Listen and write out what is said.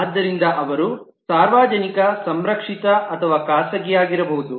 ಆದ್ದರಿಂದ ಅವರು ಸಾರ್ವಜನಿಕ ಸಂರಕ್ಷಿತ ಅಥವಾ ಖಾಸಗಿಯಾಗಿರಬಹುದು